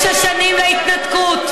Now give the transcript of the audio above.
תשע שנים להתנתקות,